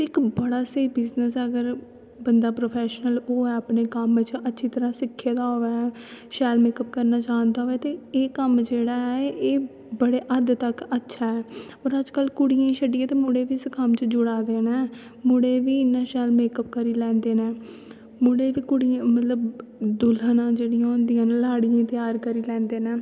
ते इक बड़ा स्हेई बिजनस ऐ अगर बंदा प्रोफैशनल होऐ अपने कम्म च अच्छी तरां सिक्के दा होऐ शैल मेकअप करना जानदा होऐ ते एह् कम्म जेह्ड़ा ऐ एह् बड़े हद्द तक अच्छा ऐ और कुड़ियें गी शड्डियै अज कल मुड़े बी इस कम्म च जुड़ा दे मै मुड़े बी इन्ना शैल मेकअप करी लैंदे नै मुड़े बी मतलव दुल्हनां जेह्ड़ियां होंदियां नै लाड़ियें गी त्यार करी लैंदे नै